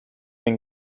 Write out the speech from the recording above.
been